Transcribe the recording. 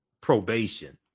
probation